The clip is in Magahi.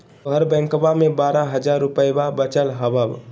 तोहर बैंकवा मे बारह हज़ार रूपयवा वचल हवब